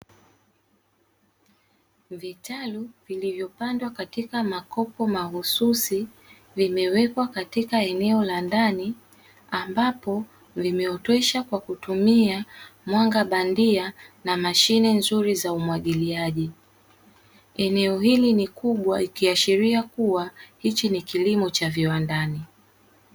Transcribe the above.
Vitalu vilivyopandwa katika makopo mahususi vimewekwa katika eneo la ndani ambapo vimeoteshwa kwa kutumia mwanga bandia na mashine nzuri za umwagiliaji. Eneo hili ni kubwa ikiashiria kuwa hichi ni kilimo cha viwandani.